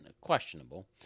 questionable